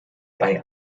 bei